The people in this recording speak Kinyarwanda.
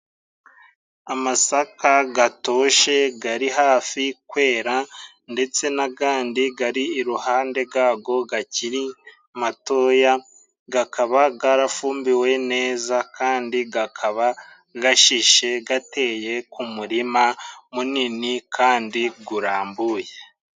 Amasaka gatoshe gari hafi kwera ndetse n'agandi gari iruhande gago gakiri matoya gakaba garafumbiwe neza kandi gakaba gashishe gateye ku murima munini kandi gurambuye.